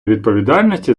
відповідальності